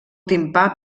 timpà